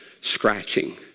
scratching